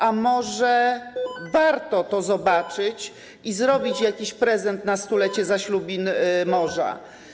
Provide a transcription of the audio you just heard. A może warto to zobaczyć i zrobić jakiś prezent na stulecie zaślubin z morzem?